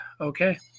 Okay